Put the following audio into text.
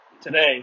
today